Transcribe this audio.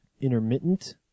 intermittent